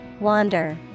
Wander